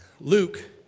Luke